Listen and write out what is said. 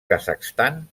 kazakhstan